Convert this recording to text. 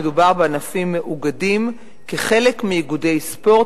מדובר בענפים מאוגדים כחלק מאיגודי ספורט,